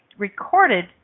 recorded